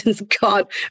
God